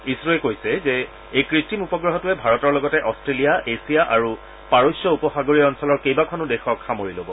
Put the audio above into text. ইছৰৱে কৈছে যে এই কৃত্ৰিম উপগ্ৰহটোৱে ভাৰতৰ লগতে অট্টেলিয়া এছিয়া আৰু পাৰস্য উপসাগৰীয় অঞ্চলৰ কেইবাখনো দেশক সামৰি লব